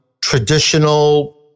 traditional